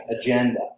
agenda